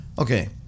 Okay